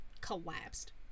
collapsed